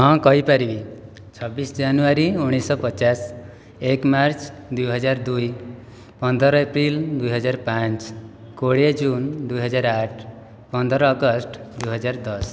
ହଁ କହିପାରିବି ଛବିଶ ଜାନୁଆରୀ ଉଣେଇଶହ ପଚାଶ ଏକ ମାର୍ଚ୍ଚ ଦୁଇ ହଜାର ଦୁଇ ପନ୍ଦର ଏପ୍ରିଲ୍ ଦୁଇହଜାର ପାଞ୍ଚ କୋଡ଼ିଏ ଜୁନ୍ ଦୁଇହଜାର ଆଠ ପନ୍ଦର ଅଗଷ୍ଟ ଦୁଇହଜାର ଦଶ